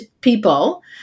people